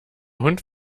hund